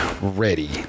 ready